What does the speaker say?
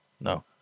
No